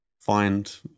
find